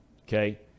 Okay